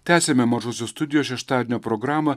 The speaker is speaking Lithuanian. tęsiame mažosios studijos šeštadienio programą